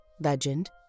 legend